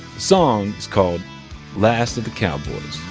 song is called last of the cowboys.